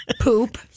poop